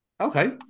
Okay